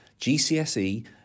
GCSE